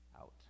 out